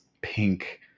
pink